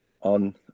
on